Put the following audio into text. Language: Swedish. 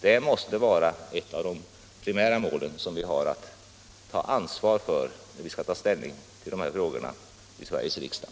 Det måste vara ett av de primära mål som vi har att ta ansvar för när vi skall ta ställning till dessa frågor i Sveriges riksdag.